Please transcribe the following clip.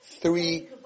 three